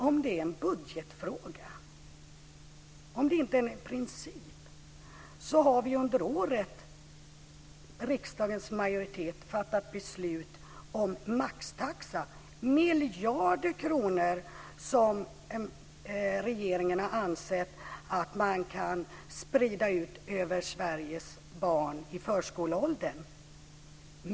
Om det är en budgetfråga och inte en principfråga så har ju riksdagens majoritet under året fattat beslut om maxtaxa - miljarder kronor som regeringen har ansett att man kan sprida ut över Sveriges barn i förskoleåldern.